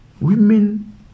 women